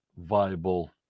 viable